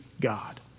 God